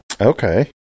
Okay